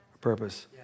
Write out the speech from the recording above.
purpose